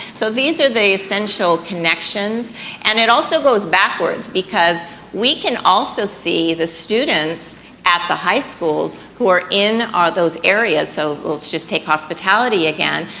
so these are the essential connections and it also goes backwards, because we can also see the students at the high schools who are in those areas. so, let's just take hospitality again,